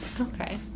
Okay